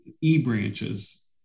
e-branches